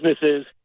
businesses